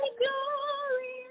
glory